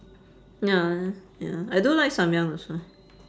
ya ya I do like samyang also